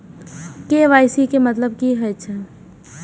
KYC के मतलब कि होई छै?